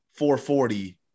440